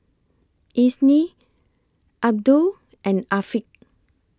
Isnin Abdul and Afiq